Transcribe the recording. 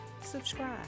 subscribe